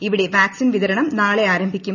ഇവിടെ വാക്സിൻ വിതരണം ആരംഭിക്കും